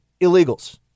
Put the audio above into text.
illegals